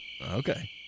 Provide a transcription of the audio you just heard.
Okay